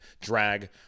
drag